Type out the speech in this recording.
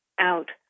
out